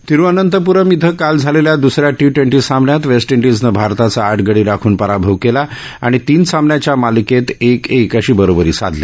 थिरुअनंतप्रम इथं काल झालेल्या द्स या टी ट्वेंटी सामन्यात वेस्ट इंडिजनं भारताचा आठ गडी राखून पराभव केला आणि तीन सामन्याच्या मालिकेत एक एक अशी बरोबरी साधली